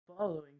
Following